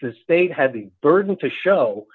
the state had the burden to show